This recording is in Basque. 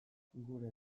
gure